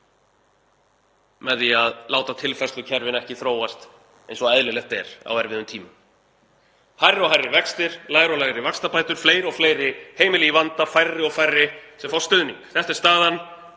með því að láta tilfærslukerfin ekki þróast eins og eðlilegt er á erfiðum tímum. Hærri og hærri vextir, lægri og lægri vaxtabætur, fleiri og fleiri heimili í vanda, færri og færri sem fá stuðning. Þetta er staðan